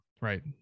right